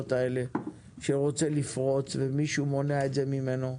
האלה ורוצה לפרוץ ומישהו מונע את זה ממנו,